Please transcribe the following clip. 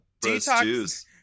Detox